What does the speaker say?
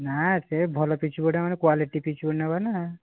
ନା ସେ ଭଲ ପିଚୁ ବୋର୍ଡ଼ଟା ମାନେ କ୍ୱାଲିଟି ପିଚୁ ବୋର୍ଡ଼ ନେବା ନା